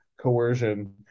coercion